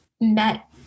met